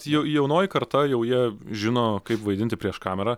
jau jaunoji karta jau jie žino kaip vaidinti prieš kamerą